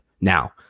now